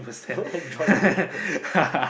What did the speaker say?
joined